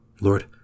Lord